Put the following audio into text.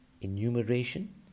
enumeration